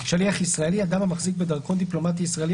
"שליח ישראלי" - אדם המחזיק בדרכון דיפלומטי ישראלי,